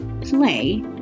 play